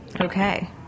Okay